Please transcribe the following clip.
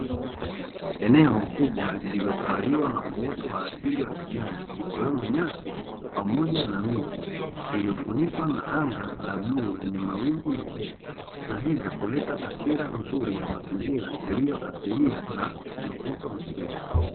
Eneo kubwa lililotawaliwa na uoto wa asili wa kijani, ikiwemo nyasi pamoja na miti iliyofunikwa na anga la bluu lenye mawingu mepesi na hivyo kuleta taswira nzuri ya mazingira yaliyo asilia na mvuto mkubwa.